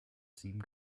sieben